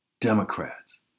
Democrats